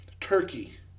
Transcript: Turkey